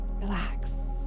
relax